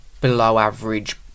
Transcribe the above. below-average